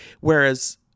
Whereas